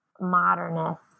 modernist